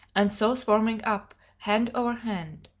and so swarming up hand-over-hand.